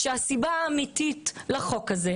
שהסיבה האמיתית לחוק הזה,